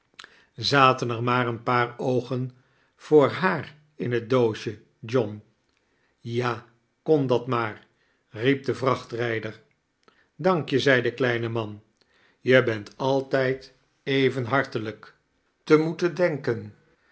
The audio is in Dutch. er maar een paar oogen voor haar in het dbosje john ja kon dat maar riep de vrachtrijder dank je zei de kleine man je beiit altijd even hartelijk te moeten denken